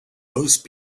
most